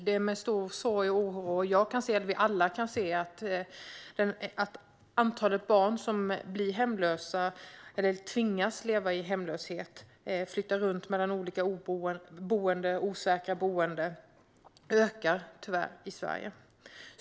Det är med stor sorg och oro som jag och vi alla kan se att antalet barn som blir hemlösa eller som tvingas att leva i hemlöshet och flytta runt mellan olika boenden tyvärr ökar i Sverige.